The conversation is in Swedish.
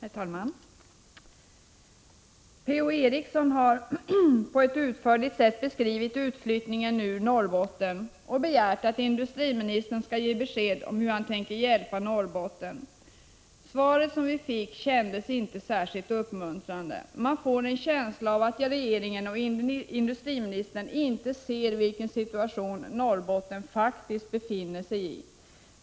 Herr talman! Per-Ola Eriksson har på ett utförligt sätt beskrivit utflyttningen ur Norrbotten och begärt att industriministern skall ge besked om hur han tänker hjälpa Norrbotten. Svaret som vi fick kändes inte särskilt uppmuntrande. Man får en känsla av att regeringen och industriministern inte inser i vilken situation Norrbotten faktiskt befinner sig.